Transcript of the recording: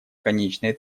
конечной